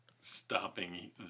stopping